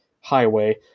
highway